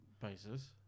basis